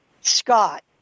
scott